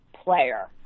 player